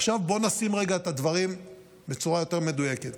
עכשיו, בוא נשים רגע את הדברים בצורה יותר מדויקת.